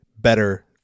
better